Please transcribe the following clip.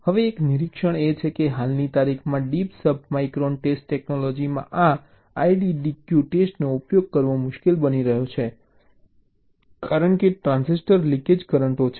હવે એક નિરીક્ષણ એ છે કે હાલની તારીખમાં ડીપ સબ માઇક્રોન ટેસ્ટ ટેકનોલોજીમાં આ આઇડીડીક્યુ ટેસ્ટનો ઉપયોગ કરવો મુશ્કેલ બની રહ્યો છે કારણ કે ટ્રાન્ઝિસ્ટર લિકેજ કરંટો છે